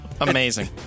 Amazing